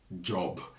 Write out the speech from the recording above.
job